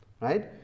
Right